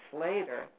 later